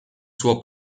suo